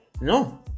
No